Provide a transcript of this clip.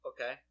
Okay